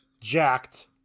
jacked